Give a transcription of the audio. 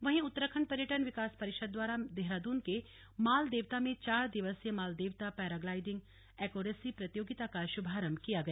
वहीं उत्तराखण्ड पर्यटन विकास परिषद द्वारा देहरादून के मालदेवता में चार दिवसीय मालदेवता पैराग्लाईडिंग एकोरेसी प्रतियोगिता का शुभारम्भ किया गया